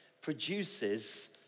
produces